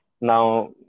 Now